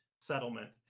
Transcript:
settlement